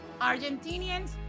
Argentinians